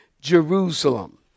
Jerusalem